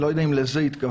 אני לא יודע אם לזה התכוונת,